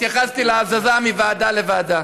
התייחסתי להזזה מוועדה לוועדה.